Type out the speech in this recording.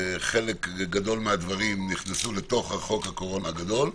כשחלק גדול מהדברים נכנסו לחוק הקורונה הגדול,